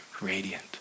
radiant